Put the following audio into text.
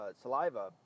saliva